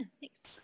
thanks